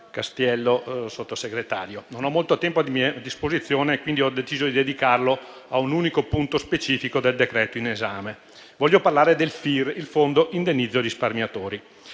non ho molto tempo a disposizione, per cui ho deciso di dedicarlo a un unico punto specifico del decreto-legge in esame. Voglio parlare del FIR, il Fondo indennizzo risparmiatori,